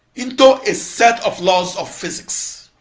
into a set of laws of physics.